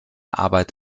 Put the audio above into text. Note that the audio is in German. arbeit